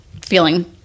feeling